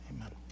Amen